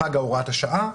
פגה הוראת השעה,